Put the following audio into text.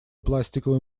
пластиковый